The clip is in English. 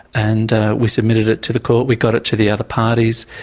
and we submitted it to the court, we got it to the other parties,